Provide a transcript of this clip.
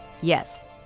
Yes